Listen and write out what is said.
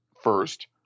first